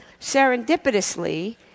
Serendipitously